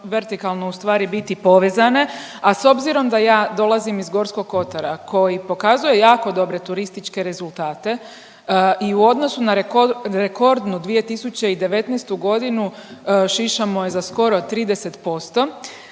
vertikalno ustvari biti povezane, a s obzirom da ja dolazim iz Gorskog kotara koji pokazuje jako dobre turističke rezultate i u odnosu na rekordnu 2019. g. šišamo je za skoro 30%,